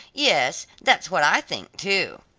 yes, that's what i think, too.